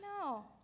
No